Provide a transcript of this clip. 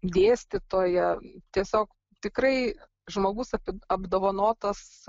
dėstytoja tiesiog tikrai žmogus apdovanotas